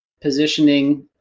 positioning